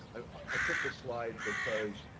i pick the slide because